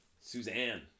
Suzanne